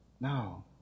No